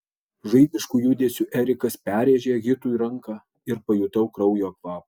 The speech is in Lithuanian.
žaibišku judesiu erikas perrėžė hitui ranką ir pajutau kraujo kvapą